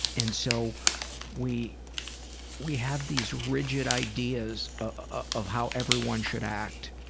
and so we we have these rigid ideas ah of how everyone should act.